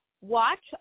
watch